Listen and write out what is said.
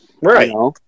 Right